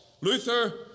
Luther